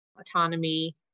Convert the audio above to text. autonomy